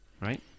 right